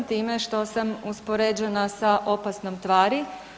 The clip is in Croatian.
Time što sam uspoređena sa opasnom tvari.